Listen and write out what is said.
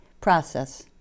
process